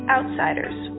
Outsiders